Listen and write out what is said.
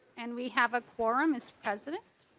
and we have a quorum this president.